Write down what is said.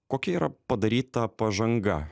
kokia yra padaryta pažanga